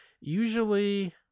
Usually